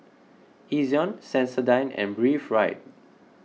Ezion Sensodyne and Breathe Right